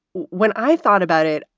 when i thought about it,